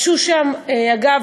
אגב,